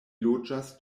loĝas